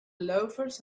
loafers